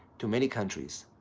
to many countries.